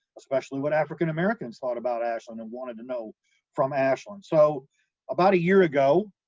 especially what african americans thought about ashland and wanted to know from ashland, so about a year ago,